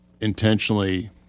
intentionally